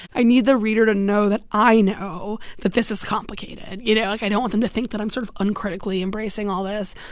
i need the reader to know that i know that this is complicated, you know? like, i don't want them to think that i'm sort of uncritically embracing all this.